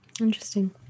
Interesting